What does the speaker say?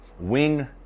Wing